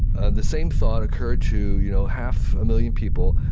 and the same thought occurred to you know half a million people.